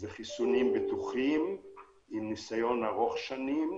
אלה חיסונים בטוחים עם ניסיון ארוך שנים.